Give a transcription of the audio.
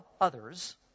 others